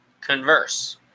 converse